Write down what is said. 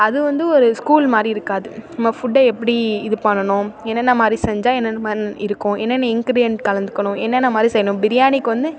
அது வந்து ஒரு ஸ்கூல் மாதிரி இருக்காது நம்ம ஃபுட்டை எப்படி இது பண்ணணும் என்னென்ன மாதிரி செஞ்சால் என்னென்ன மாதிரி இருக்கும் என்னென்ன இன்கிரியண்ட் கலந்துக்கணும் என்னென்ன மாதிரி செய்யணும் பிரியாணிக்கு வந்து